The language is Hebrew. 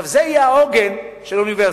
זה יהיה העוגן של אוניברסיטה.